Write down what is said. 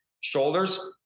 Shoulders